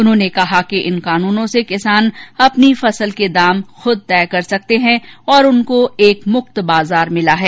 उन्होंने कहा कि इन कानूनों से किसान अपनी फसल के दाम तय कर सकते हैं और उनको एक मुक्त बाजार मिला है